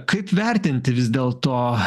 kaip vertinti vis dėlto